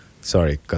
sorry